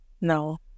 No